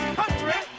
country